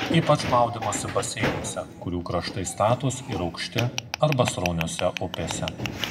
ypač maudymosi baseinuose kurių kraštai statūs ir aukšti arba srauniose upėse